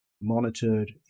monitored